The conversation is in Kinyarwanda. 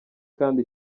kandi